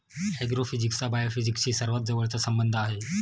ऍग्रोफिजिक्सचा बायोफिजिक्सशी सर्वात जवळचा संबंध आहे